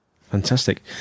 Fantastic